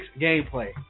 gameplay